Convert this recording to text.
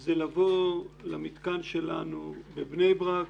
הוא לבוא למתקן שלנו בבני ברק,